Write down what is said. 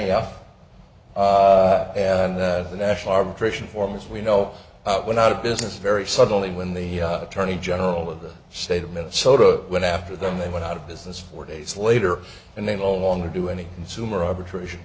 off and the national arbitration form as we know when out of business very suddenly when the attorney general of the state of minnesota went after them they went out of business four days later and they no longer do any consumer arbitration